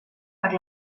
per